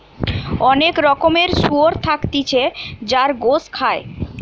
অনেক রকমের শুয়োর থাকতিছে যার গোস খায়